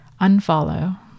Unfollow